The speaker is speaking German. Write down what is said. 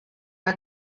bei